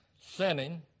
sinning